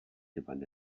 gewann